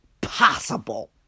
possible